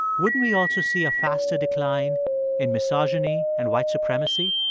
wouldn't we also see a faster decline in misogyny and white supremacy?